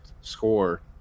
score